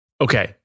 Okay